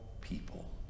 people